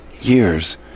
years